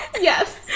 Yes